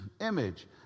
image